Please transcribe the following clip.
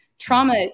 trauma